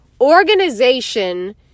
organization